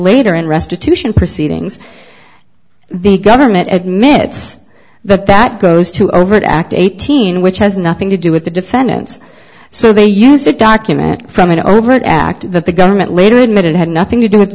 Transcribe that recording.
later in restitution proceedings the government admits that that goes to overt act eighteen which has nothing to do with the defendants so they used a document from an overt act that the government later admitted had nothing to do with